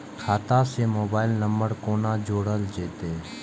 खाता से mobile number कोना जोरल जेते?